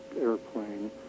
airplane